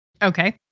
Okay